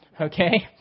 okay